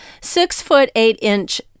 six-foot-eight-inch